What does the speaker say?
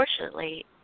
unfortunately